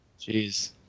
Jeez